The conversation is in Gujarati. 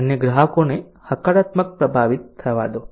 અન્ય ગ્રાહકોને હકારાત્મક પ્રભાવિત થવા દો